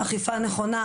אכיפה נכונה,